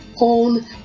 own